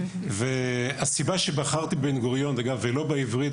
הסיבה שבחרתי בבן גוריון ולא בעברית,